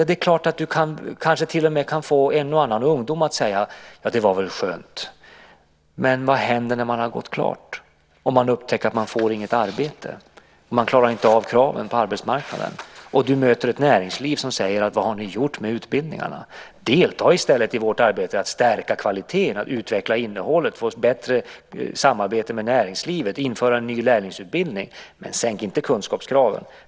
Det är klart att du kanske till och med kan få en och annan av ungdomarna att säga: Ja, det var väl skönt! Men vad händer när man har sin utbildning klar? Man upptäcker att man inte får något arbete och att man inte klarar kraven på arbetsmarknaden. Du möter då ett näringsliv som säger: Vad har ni gjort med utbildningarna? Delta i stället i vårt arbete för att stärka kvaliteten, utveckla innehållet, få ett bättre samarbete med näringslivet och införa en ny lärlingsutbildning, men sänk inte kunskapskraven!